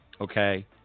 Okay